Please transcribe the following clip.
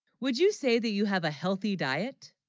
would you say that you have a healthy diet